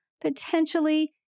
potentially